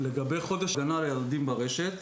לגבי חודש ההגנה על ילדים ברשת,